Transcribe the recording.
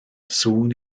sŵn